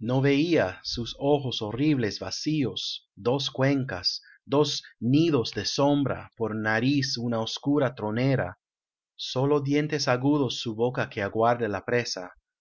no veía sus ojos horribles vacíos dos cuencas f dos nidos de sombra por nariz una oscura tronera sólo dientes agudos su boca que aguarda la presa